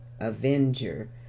avenger